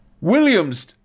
Williams